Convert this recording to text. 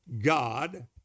God